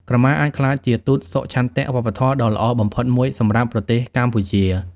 ក្រមាអាចក្លាយជា ទូតសុឆន្ទៈ វប្បធម៌ដ៏ល្អបំផុតមួយសម្រាប់ប្រទេសកម្ពុជា។